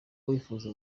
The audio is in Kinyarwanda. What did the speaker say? wifuza